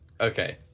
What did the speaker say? Okay